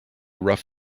rough